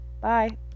Bye